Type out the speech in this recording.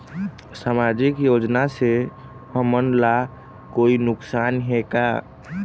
सामाजिक योजना से हमन ला कोई नुकसान हे का?